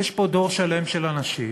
שיש פה דור שלם של אנשים